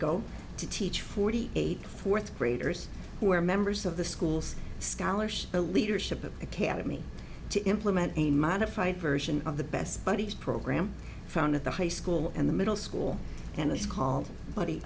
go to teach forty eight fourth graders who are members of the school's scholarship the leadership academy to implement a modified version of the best buddies program found at the high school and the middle school and is called buddy